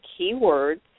keywords